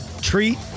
Treat